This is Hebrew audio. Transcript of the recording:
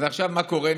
אז עכשיו מה קורה?